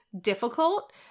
difficult